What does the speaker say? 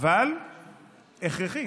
אבל הכרחי.